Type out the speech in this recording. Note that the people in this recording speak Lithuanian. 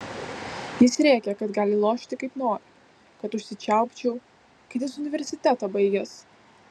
jis rėkė kad gali lošti kaip nori kad užsičiaupčiau kad jis universitetą baigęs